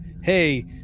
hey